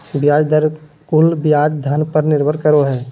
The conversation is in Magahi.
ब्याज दर कुल ब्याज धन पर निर्भर करो हइ